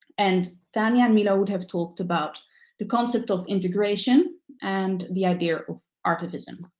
and tania and milo would have talked about the concept of integration and the idea of artivism.